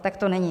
Tak to není.